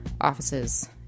offices